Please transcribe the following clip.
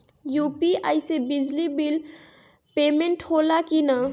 UPI से बिजली bill payment होला कि न?